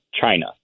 China